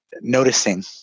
noticing